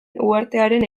uhartearen